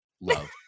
love